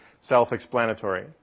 self-explanatory